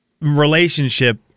relationship